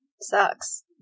sucks